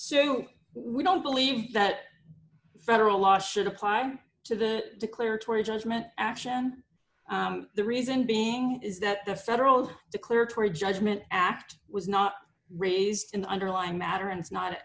know we don't believe that federal law should apply to the clear to a judgment action the reason being is that the federal declaratory judgment act was not raised in the underlying matter and it's not a